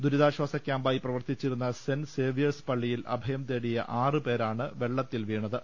ദുരിതാശ്വാസ ക്യാമ്പായി പ്രവർത്തിച്ചിരുന്ന സെന്റ് സേവ്യേർസ് പള്ളിയിൽ അഭയം തേടിയ ആറ് പേരാണ് വെള്ളത്തിൽ വീണത്